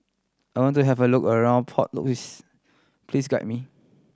I want to have a look around Port Louis please guide me